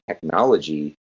technology